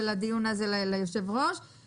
ותודה ליושב-ראש על הדיון הזה.